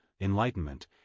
enlightenment